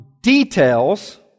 details